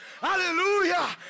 Hallelujah